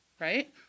right